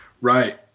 Right